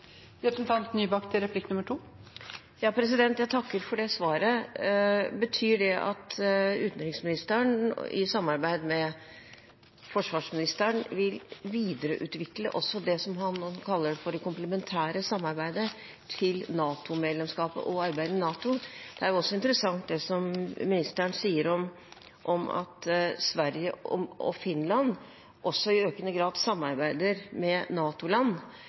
Jeg takker for det svaret. Betyr det at utenriksministeren i samarbeid med forsvarsministeren vil videreutvikle også det som han nå kaller for det komplementære samarbeidet, til NATO-medlemskapet og arbeidet i NATO? Det er jo interessant det som utenriksministeren sier om at Sverige og Finland i økende grad samarbeider med